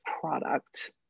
product